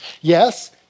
Yes